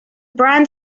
brand